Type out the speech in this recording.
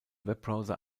webbrowser